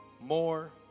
more